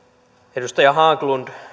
edustaja haglund